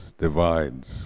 divides